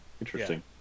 interesting